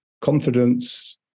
confidence